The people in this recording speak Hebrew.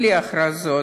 בלי הכרזות.